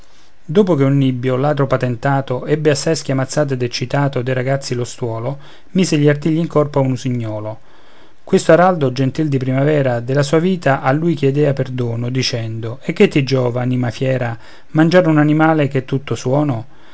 dopo che un nibbio ladro patentato ebbe assai schiamazzato ed eccitato dei ragazzi lo stuolo mise gli artigli in corpo a un usignolo questo araldo gentil di primavera della sua vita a lui chiedea perdono dicendo e che ti giova anima fiera mangiar un animal ch'è tutto suono